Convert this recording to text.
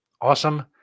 Awesome